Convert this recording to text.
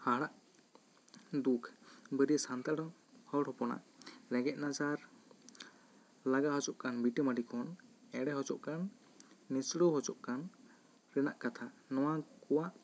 ᱦᱟᱲᱟᱜ ᱫᱩᱠ ᱵᱟᱨᱭᱟ ᱥᱟᱱᱛᱟᱲ ᱦᱚᱲ ᱦᱚᱯᱚᱱᱟᱜ ᱨᱮᱸᱜᱮᱡᱽ ᱱᱟᱪᱟᱨ ᱞᱟᱜᱟ ᱦᱚᱪᱚᱜ ᱠᱟᱱ ᱵᱷᱤᱴᱟᱹ ᱢᱟᱹᱴᱤ ᱠᱷᱚᱱ ᱮᱲᱮ ᱦᱚᱪᱚᱜ ᱠᱟᱱ ᱱᱤᱥᱲᱟᱹᱣ ᱦᱚᱪᱚᱜ ᱠᱟᱱ ᱨᱮᱱᱟᱜ ᱠᱟᱛᱷᱟ ᱱᱚᱶᱟ ᱠᱚᱣᱟᱜ